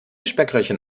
speckröllchen